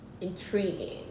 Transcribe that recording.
intriguing